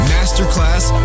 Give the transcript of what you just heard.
Masterclass